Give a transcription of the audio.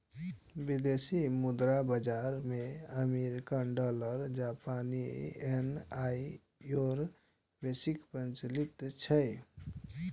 विदेशी मुद्रा बाजार मे अमेरिकी डॉलर, जापानी येन आ यूरो बेसी प्रचलित छै